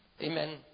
Amen